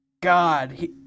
God